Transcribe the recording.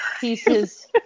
pieces